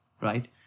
right